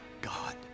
God